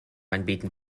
anbieten